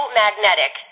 magnetic